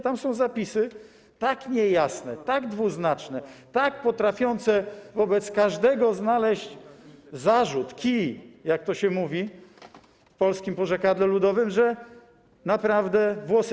Tam są zapisy tak niejasne, tak dwuznaczne, tak potrafiące wobec każdego znaleźć zarzut, kij, jak to się mówi w polskim porzekadle ludowym, że naprawdę włosy dęba stają.